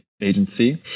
agency